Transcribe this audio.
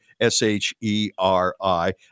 S-H-E-R-I